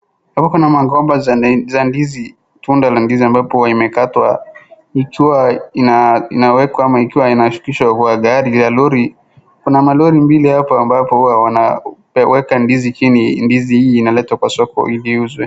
Hapa kuna magomba za ndizi, tunda la ndizi ambapo huwa imekatwa ikiwa na inawekwa ama ikiwa inashukishwa kwa gari ya lori. Kuna malori mbili hapa ambapo huwa wanaweka ndizi chini, ndizi hii inaletwa kwa soko ili iuzwe.